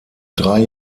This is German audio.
drei